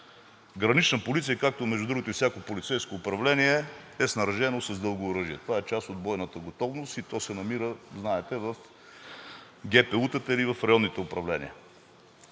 Гранична полиция, както между другото и всяко полицейско управление, е снаряжена с дълго оръжие, това е част от бойната готовност и то се намира знаете в ГПУ-тата или в районните управления.